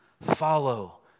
follow